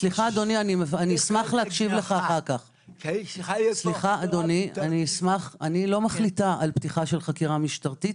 --- אני לא מחליטה על פתיחת חקירה משטרתית.